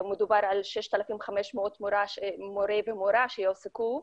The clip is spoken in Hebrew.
מדובר על 6,500 מורים ומורות שיועסקו,